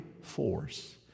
force